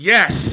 Yes